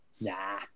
Nah